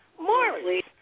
Morris